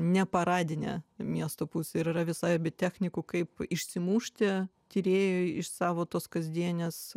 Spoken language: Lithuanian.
neparadinę miesto pusę ir yra visa aibė technikų kaip išsimušti tyrėjui iš savo tos kasdienės